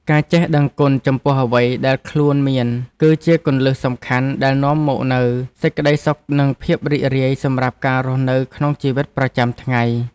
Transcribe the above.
ការចេះដឹងគុណចំពោះអ្វីដែលខ្លួនមានគឺជាគន្លឹះសំខាន់ដែលនាំមកនូវសេចក្ដីសុខនិងភាពរីករាយសម្រាប់ការរស់នៅក្នុងជីវិតប្រចាំថ្ងៃ។